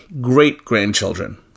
great-grandchildren